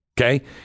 Okay